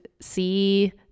see